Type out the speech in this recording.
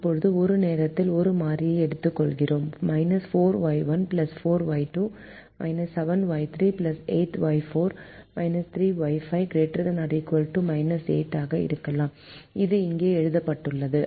இப்போது ஒரு நேரத்தில் ஒரு மாறியை எடுத்துக்கொள்கிறோம் 4Y1 4Y2 7Y3 8Y4 3Y5 ≥ 8 ஆக இருக்கும் இது இங்கே எழுதப்பட்டுள்ளது